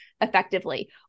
effectively